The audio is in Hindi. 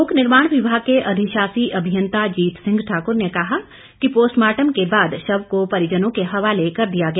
लोक निर्माण विभाग के अधिशासी अभियंता जीत सिंह ठाकुर ने कहा कि पोस्टर्माटम के बाद शव को परिजनों के हवाले कर दिया गया